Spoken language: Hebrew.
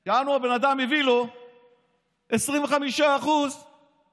יענו, הבן אדם הביא לו 25% מהערבויות